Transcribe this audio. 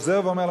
חוזר ואומר,